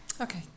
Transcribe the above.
Okay